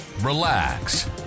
relax